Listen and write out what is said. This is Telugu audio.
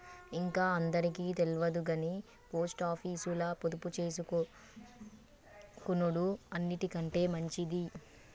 ఇంక అందరికి తెల్వదుగని పోస్టాపీసుల పొదుపుజేసుకునుడు అన్నిటికంటె మంచిది